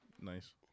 Nice